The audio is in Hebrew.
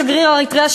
שגריר אריתריאה,